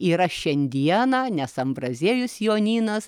yra šiandieną nes ambraziejus jonynas